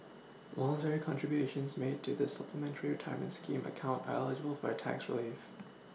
voluntary contributions made to the Supplementary retirement scheme account are eligible for a tax Relief